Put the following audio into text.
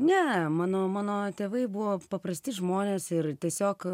ne mano mano tėvai buvo paprasti žmonės ir tiesiog